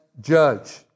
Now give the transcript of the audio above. judge